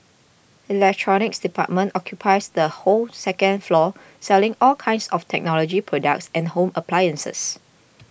electronics department occupies the whole second floor selling all kinds of technology products and home appliances